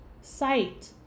Sight